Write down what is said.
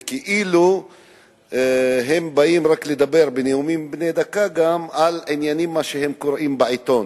וכאילו הם באים לדבר בנאומים בני דקה רק על עניינים שהם קוראים בעיתון,